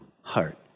heart